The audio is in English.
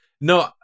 no